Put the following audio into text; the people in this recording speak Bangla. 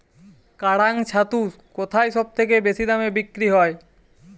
কাড়াং ছাতু কোথায় সবথেকে বেশি দামে বিক্রি হয়?